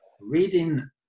Reading